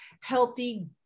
healthy